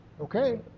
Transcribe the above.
Okay